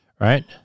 right